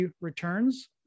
returns